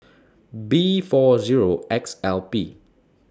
B four Zero X L P